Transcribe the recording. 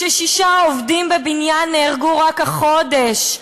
כששישה עובדים בבניין נהרגו רק החודש,